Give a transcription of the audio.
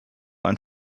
ein